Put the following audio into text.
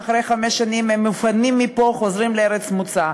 ואחרי חמש שנים הם מפונים מפה וחוזרים לארץ המוצא.